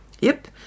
Yep